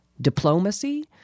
Diplomacy